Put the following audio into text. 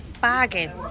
Bargain